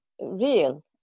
real